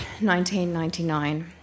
1999